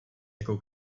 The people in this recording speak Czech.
jakou